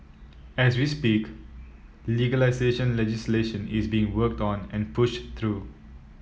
as we speak legalisation legislation is being worked on and pushed through